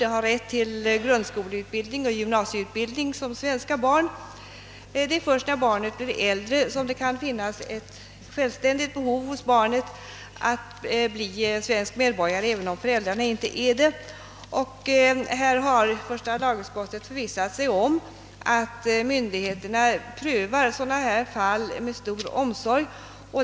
De har rätt till grundskoleutbildning och gymnasieutbildning som svenska barn. Det är först när barnet blir äldre som det kan ha ett självständigt behov av att bli svensk medborgare även om föräldrarna inte är det. Första lagutskottet har förvissat sig om att myndigheterna prövar sådana fall med stor omsorg.